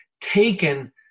taken